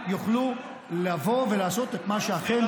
מתווה שירות שיאפשר לכל אזרח,